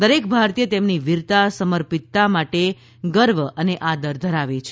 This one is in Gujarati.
દરેક ભારતીય તેમની વીરતા સમર્પિતતા માટે ગર્વ અને આદર ધરાવે છે